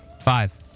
Five